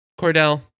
Cordell